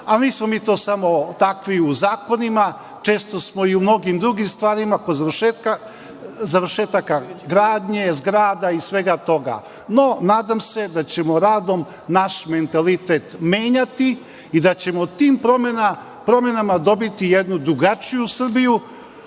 Nismo samo takvi u zakonima, često smo i u mnogim drugim stvarima, kod završetaka gradnje zgrada i svega toga. No, nadam se da ćemo radom naš mentalitet menjati i da ćemo tim promenama dobiti jednu drugačiju Srbiju. Upravo